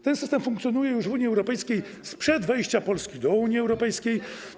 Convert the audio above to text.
Ten system funkcjonuje w Unii Europejskiej od czasów sprzed wejścia Polski do Unii Europejskiej.